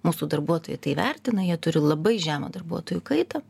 mūsų darbuotojai tai vertina jie turi labai žemą darbuotojų kaitą